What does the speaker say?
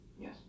Yes